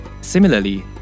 Similarly